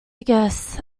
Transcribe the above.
guess